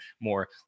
more